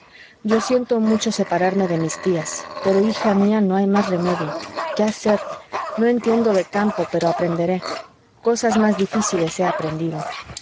yo siento mucho separarme de mis tías pero hija mía no hay más remedio qué hacer no entiendo de campo pero aprenderé cosas más difíciles he aprendido